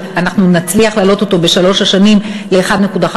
אנחנו נצליח להעלות אותו בשלוש השנים ל-1.5,